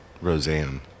Roseanne